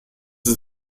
ist